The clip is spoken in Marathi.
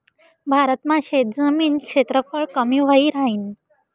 भारत मा शेतजमीन क्षेत्रफळ कमी व्हयी राहीन